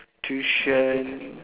tuition